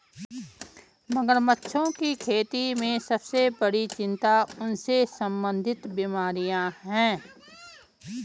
मगरमच्छों की खेती में सबसे बड़ी चिंता उनसे संबंधित बीमारियां हैं?